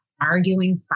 arguing